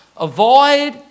avoid